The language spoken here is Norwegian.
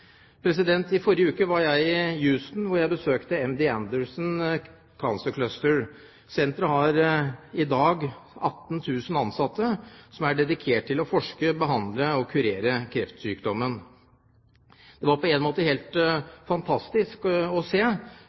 I forrige uke var jeg i Houston, hvor jeg besøkte MD Anderson Cancer Center. Senteret har i dag 18 000 ansatte som er dedikert til å forske, behandle og kurere kreftsykdommen. Det var på en måte helt fantastisk å se,